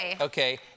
Okay